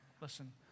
Listen